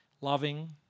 loving